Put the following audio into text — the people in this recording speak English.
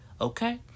okay